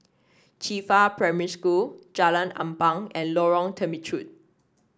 Qifa Primary School Jalan Ampang and Lorong Temechut